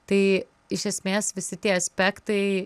tai iš esmės visi tie aspektai